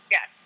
Yes